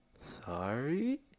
sorry